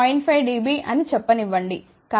5 dB అని చెప్పనివ్వండి